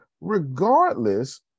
regardless